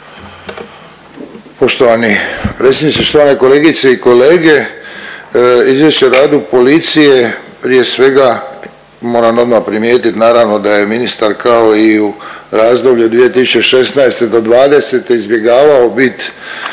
Poštovani predsjedniče, štovane kolegice i kolege, Izvješće o radu policije prije svega moram odma primijetit naravno da je ministar kao i razdoblju 2016. do '20. izbjegavao bit